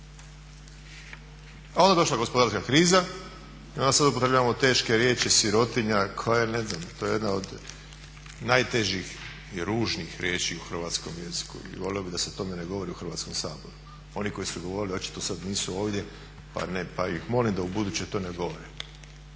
A onda je došla gospodarska kriza i onda sada upotrebljavamo teške riječi sirotinja, to je jedna od najtežih i ružnih riječi u hrvatskom jeziku i volio bih da se o tome ne govori u Hrvatskom saboru. oni koji su govorili očito sada nisu ovdje pa ih molim da to ubuduće to ne govore.